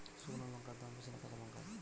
শুক্নো লঙ্কার দাম বেশি না কাঁচা লঙ্কার?